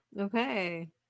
Okay